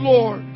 Lord